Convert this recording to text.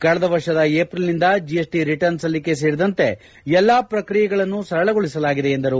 ಕಳೆದ ವರ್ಷದ ಏಪ್ರಿಲ್ನಿಂದ ಜಿಎಸ್ಟಿ ರಿಟರ್ನ್ತ್ ಸಲ್ಲಿಕೆ ಸೇರಿದಂತೆ ಎಲ್ಲಾ ಪ್ರಕ್ರಿಯೆಗಳನ್ನು ಸರಳಗೊಳಿಸಲಾಗಿದೆ ಎಂದರು